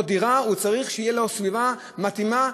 דירה הוא צריך שתהיה לו סביבה מתאימה,